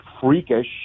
freakish